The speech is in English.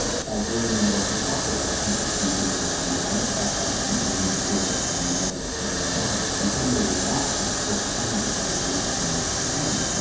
paul bloom and others have talked about empathy being a narrow spotlight. you can only feel a narrow bit of pain and that you tend to react in short term to try to relieve the feeling.